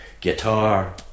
guitar